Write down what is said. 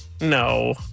No